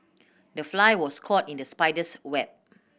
the fly was caught in the spider's web